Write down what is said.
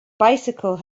bicycle